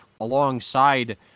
alongside